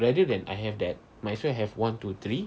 rather than I have that might as well ada one two three